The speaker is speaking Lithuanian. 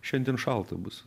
šiandien šalta bus